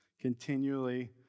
continually